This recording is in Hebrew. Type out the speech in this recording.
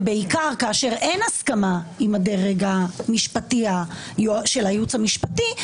ובעיקר כאשר אין הסכמה עם הדרג של הייעוץ המשפטי,